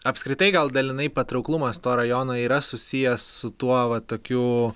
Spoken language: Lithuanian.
apskritai gal dalinai patrauklumas to rajono yra susijęs su tuo va tokiu